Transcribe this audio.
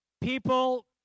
People